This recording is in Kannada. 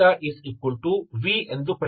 ನೀವು uv ಎಂದು ಪರಿಗಣಿಸಿ